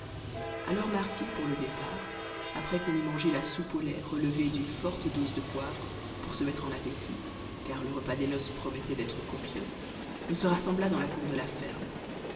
a l'heure marquée pour le départ après qu'on eut mangé la soupe au lait relevée d'une forte dose de poivre pour se mettre en appétit car le repas de noces promettait d'être copieux on se rassembla dans la cour de la ferme